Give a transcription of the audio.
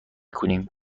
کنیم